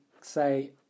say